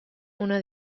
una